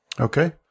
Okay